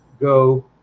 go